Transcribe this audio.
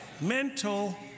Mental